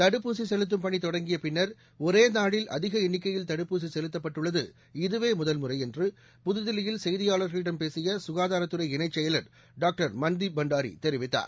தடுப்பூசி செலுத்தும் பணி தொடங்கிய பின்னர் ஒரே நாளில் அதிக எண்ணிக்கையில் தடுப்பூசி செலுத்தப்பட்டுள்ளது இதுவே முதல் முறை என்று புதுதில்லியில் செய்தியாளர்களிடம் பேசிய ககாதாரத் துறை இணை செயலர் டாக்டர் மன்தீப் பண்டாரி தெரிவித்தார்